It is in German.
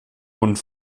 und